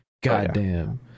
Goddamn